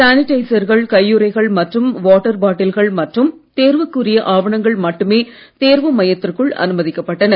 சானிடைசர்கள் கையுறைகள் மற்றும் வாட்டர் பாட்டில்கள் மற்றும் தேர்வுக்குரிய ஆவணங்கள் மட்டுமே தேர்வு மையத்திற்குள் அனுமதிக்கப்பட்டன